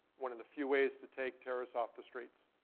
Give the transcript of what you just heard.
one of the few ways to take terrorists off the streets.